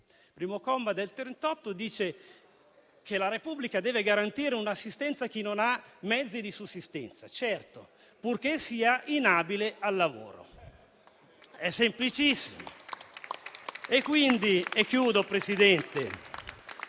primo comma, dice che la Repubblica deve certamente garantire assistenza a chi non ha mezzi di sussistenza, purché sia inabile al lavoro: è semplicissimo.